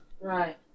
Right